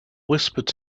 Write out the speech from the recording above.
whispered